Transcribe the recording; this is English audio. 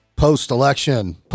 Post-election